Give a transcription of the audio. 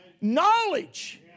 knowledge